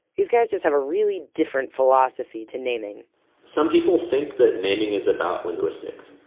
these guys just have a really different philosophy to naming some people think that naming is about linguistics.